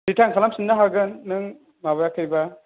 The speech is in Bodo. रिटार्न खालाम फिननो हागोन नों माबायाखैब्ला